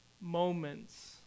moments